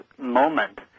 moment